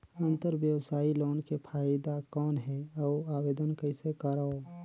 अंतरव्यवसायी लोन के फाइदा कौन हे? अउ आवेदन कइसे करव?